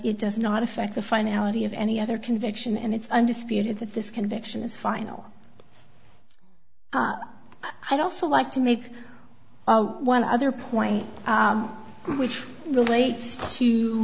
it does not affect the finality of any other conviction and it's undisputed that this conviction is final i'd also like to make one other point which relates